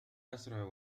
أسرع